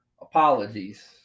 apologies